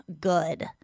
good